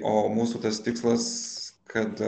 o mūsų tas tikslas kad